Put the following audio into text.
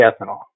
ethanol